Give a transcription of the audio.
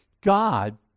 God